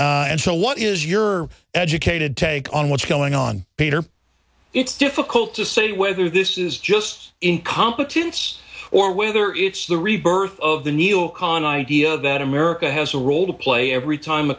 buren and so what is your educated take on what's going on peter it's difficult to say whether this is just incompetence or whether it's the rebirth of the neo con idea that america has a role to play every time a